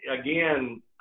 again